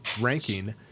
ranking